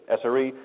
sre